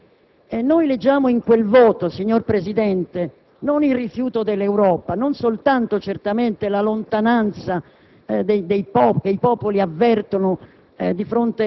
dei *referenda* in Francia e Olanda. Leggiamo in quel voto, signor Presidente, non il rifiuto dell'Europa, non soltanto, certamente, la lontananza